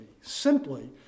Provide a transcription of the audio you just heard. simply